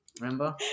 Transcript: remember